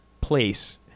place